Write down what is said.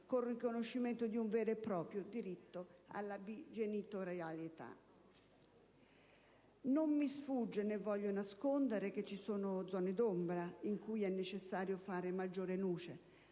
col riconoscimento di un vero e proprio «diritto alla bi-genitorialità». Non mi sfugge né voglio nascondere che ci sono zone d'ombra in cui è necessario fare maggiore luce,